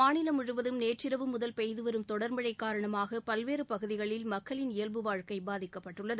மாநிலம் முழுவதும் நேற்றிரவு முதல் பெய்து வரும் தொடர் மழை காரணமாக பல்வேறு பகுதிகளில் மக்களின் இயல்பு வாழ்க்கை பாதிக்கப்பட்டுள்ளது